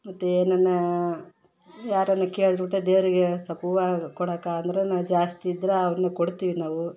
ಮತ್ತು ಏನನಾ ಯಾರನ್ನ ಕೇಳಿದ್ರುಕೂಡ ದೇವರಿಗೆ ಸ್ವಲ್ಪ್ ಹೂವು ಕೊಡೋಕೆ ಅಂದ್ರೆ ನಾವು ಜಾಸ್ತಿ ಇದ್ರೆ ಅವ್ನೆ ಕೊಡ್ತೀವಿ ನಾವು